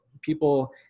people